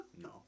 No